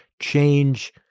change